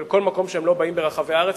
אבל מכל מקום שהם לא באים ברחבי הארץ,